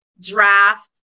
draft